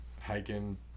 hiking